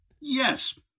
Yes